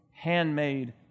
handmade